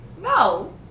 no